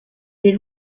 est